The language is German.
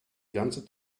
ganze